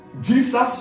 Jesus